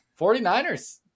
49ers